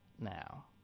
now